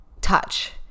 touch